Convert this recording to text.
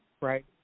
right